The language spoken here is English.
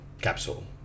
capsule